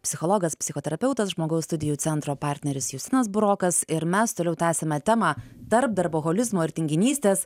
psichologas psichoterapeutas žmogaus studijų centro partneris justinas burokas ir mes toliau tęsiame temą tarp darboholizmo ir tinginystės